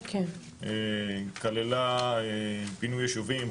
היא כללה פינוי ישובים,